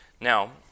Now